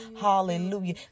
Hallelujah